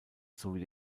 sowie